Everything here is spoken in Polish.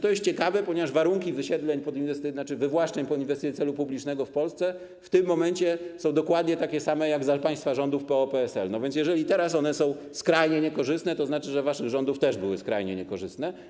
To jest ciekawe, bo warunki wysiedleń, tzn. wywłaszczeń pod inwestycję celu publicznego w Polsce, w tym momencie są dokładnie takie same jak za państwa rządów PO-PSL, więc jeżeli teraz one są skrajnie niekorzystne, to znaczy, że za waszych rządów też były skrajnie niekorzystne.